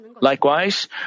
Likewise